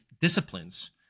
disciplines